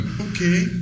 okay